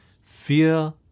fear